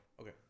okay